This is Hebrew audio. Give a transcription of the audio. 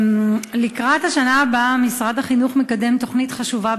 לקראת השנה הבאה משרד החינוך מקדם תוכנית חשובה,